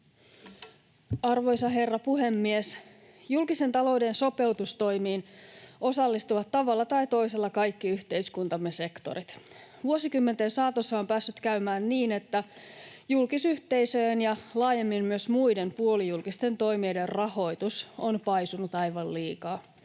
Arvoisa herra puhemies! Julkisen talouden sopeutustoimiin osallistuvat tavalla tai toisella kaikki yhteiskuntamme sektorit. Vuosikymmenten saatossa on päässyt käymään niin, että julkisyhteisöjen ja laajemmin myös muiden puolijulkisten toimijoiden rahoitus on paisunut aivan liikaa.